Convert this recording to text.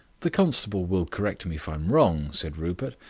the constable will correct me if i am wrong, said rupert,